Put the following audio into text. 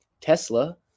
Tesla